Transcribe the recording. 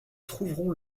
trouveront